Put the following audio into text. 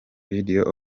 video